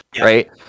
right